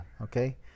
okay